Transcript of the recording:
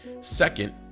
Second